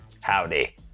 Howdy